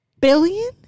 billion